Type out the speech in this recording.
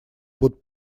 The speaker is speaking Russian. будут